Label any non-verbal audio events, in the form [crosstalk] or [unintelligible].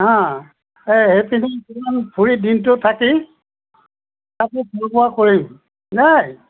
অঁ এই সেই পিনে অকণমান ফুৰি দিনটো থাকি [unintelligible] খোৱা বোৱা কৰিম দেই